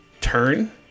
turn